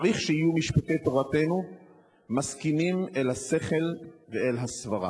צריך שיהיו משפטי תורתנו מסכימים אל השכל ואל הסברה.